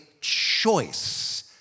choice